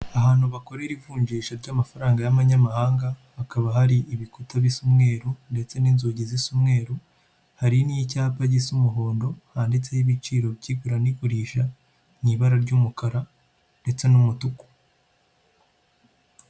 Ahantu bakorera ivunjisha ry'amafaranga y'abanyamahanga hakaba hari ibikuta bisa umweruru ndetse n'inzugi zisa umweruru, hari n'icyapa gisa umuhondo handitseho ibiciro by'igura n'igurisha mu ibara ry'umukara ndetse n'umutuku.